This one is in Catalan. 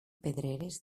pedreres